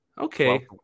Okay